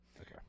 Okay